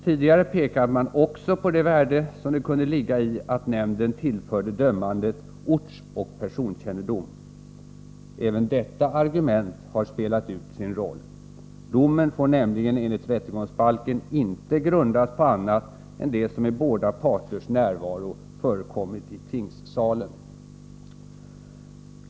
Tidigare pekade man också på det värde som det kunde ligga i att nämnden tillförde dömandet ortsoch personkännedom, men även detta argument har spelat ut sin roll. Domen får nämligen enligt rättegångsbalken inte grundas på annat än det som i båda parters närvaro förekommit i tingssalen.